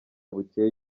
bukeye